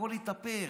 הכול התהפך.